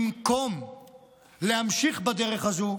במקום להמשיך בדרך הזו,